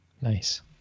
Nice